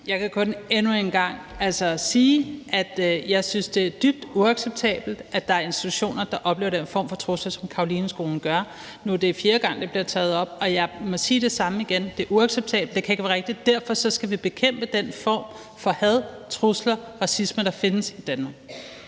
Jeg kan kun endnu en gang sige, at jeg synes, at det er dybt uacceptabelt, at der er institutioner, der oplever den form for trussel, som Carolineskolen gør. Nu er det fjerde gang, at det bliver taget op. Jeg må sige det samme igen: Det er uacceptabelt, og det kan ikke være rigtigt. Derfor skal vi bekæmpe den form for had, trusler og racisme, der findes i Danmark.